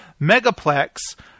Megaplex